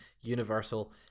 universal